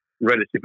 relatively